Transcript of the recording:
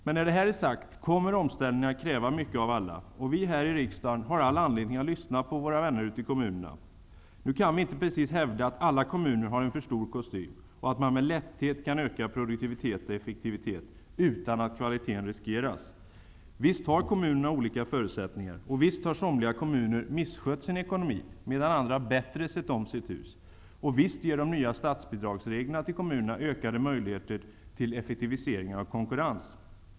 Men när det är sagt kommer omställningen att kräva mycket av alla, och vi här i riksdagen har all anledning att lyssna på våra vänner ute i kommunerna. Nu kan vi inte precis hävda att alla kommuner har en för stor kostym, och att man med lätthet kan öka produktivitet och effektivitet, utan att kvaliteten riskeras. Visst har kommunerna olika förutsättningar, och visst har somliga kommuner misskött sin ekonomi, medan andra bättre sett om sitt hus. Och visst ger de nya statsbidragsreglerna till kommunerna ökade möjligheter till effektiviseringar och konkurrens.